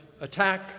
attack